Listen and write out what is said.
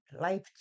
life